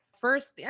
first